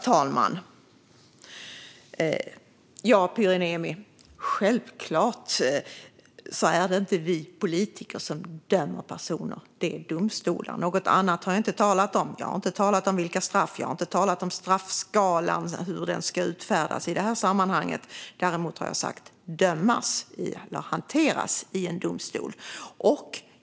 Herr talman! Självklart är det inte vi politiker som dömer personer, Pyry Niemi, utan det är domstolar. Något annat har jag inte talat om. Jag har inte talat om vilka straff som ska utdömas eller hur straffskalan ska se ut i det här sammanhanget. Däremot har jag sagt att dessa personer ska dömas, eller hanteras, i domstol.